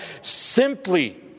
simply